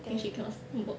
then she cannot work